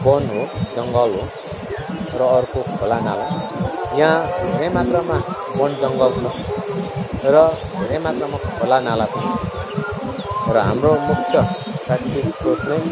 वन हो जङ्गल हो र अर्को खोलानाला यहाँ धेरै मात्रामा वनजङ्गल छ र धेरै मात्रामा खोलानाला पनि छ र हाम्रो मुख्य प्राकृतिक स्रोत नै